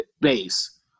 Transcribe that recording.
base